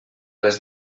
les